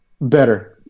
Better